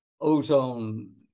Ozone